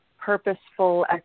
purposeful